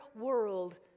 world